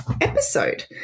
episode